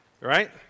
right